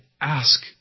ask